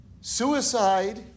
Suicide